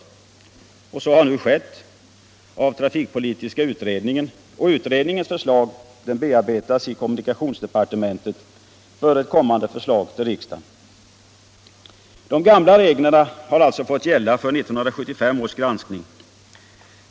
En sådan omarbetning har nu utförts av trafikpolitiska utredningen, och utredningens förslag bearbetas i kommunikationsdepartementet för kommande förslag till riksdagen. De gamla reglerna har alltså fått gälla vid 1975 års granskning.